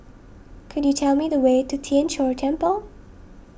could you tell me the way to Tien Chor Temple